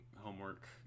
homework